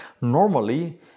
normally